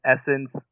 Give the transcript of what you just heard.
essence